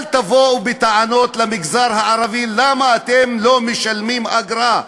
אל תבואו בטענות למגזר הערבי: למה אתם לא משלמים אגרה?